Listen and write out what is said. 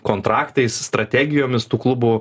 kontraktais strategijomis tų klubų